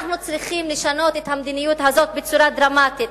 אנחנו צריכים לשנות את המדיניות הזאת בצורה דרמטית,